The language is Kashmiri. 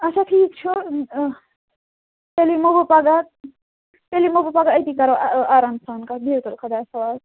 اچھا ٹھیٖک چھُ تیٚلہِ یِمو بہٕ پگاہ تیٚلہِ یِمو بہٕ پگاہ أتی کَرو آرام سان کَتھ بِہِو تیٚلہِ خۄدایَس حوال